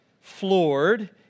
floored